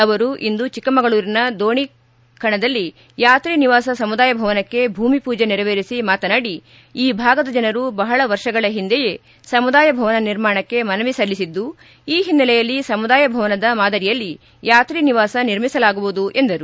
ಅವರು ಇಂದು ಚಿಕ್ಕಮಗಳೂರಿನ ದೋಣಿಖಣದಲ್ಲಿ ಯಾತ್ರಿ ನಿವಾಸ ಸಮುದಾಯ ಭವನಕ್ಕೆ ಭೂಮಿಖೂಜಿ ನೆರವೇರಿಸಿ ಮಾತನಾಡಿ ಈ ಭಾಗದ ಜನರು ಬಹಳ ವರ್ಷಗಳ ಹಿಂದೆಯೇ ಸಮುದಾಯ ಭವನ ನಿರ್ಮಾಣಕ್ಕೆ ಮನವಿ ಸಲ್ಲಿಸಿದ್ದು ಈ ಹಿನ್ನೆಲೆಯಲ್ಲಿ ಸಮುದಾಯ ಭವನದ ಮಾದರಿಯಲ್ಲಿ ಯಾತ್ರಿ ನಿವಾಸ ನಿರ್ಮಿಸಲಾಗುವುದು ಎಂದರು